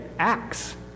Acts